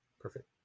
Perfect